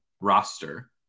roster